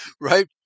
right